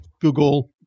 Google